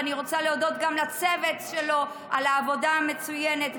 ואני רוצה להודות גם לצוות שלו על העבודה המצוינת,